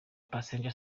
passenger